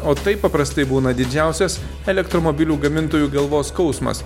o tai paprastai būna didžiausias elektromobilių gamintojų galvos skausmas